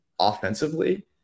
offensively